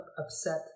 upset